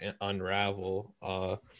unravel